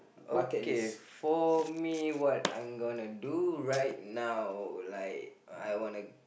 okay for me what I'm gonna do right now like I wanna